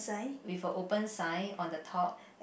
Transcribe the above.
with a open sign on the top